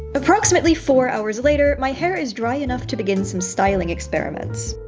approximately four hours later, my hair is dry enough to begin some styling experiments.